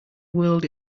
whirled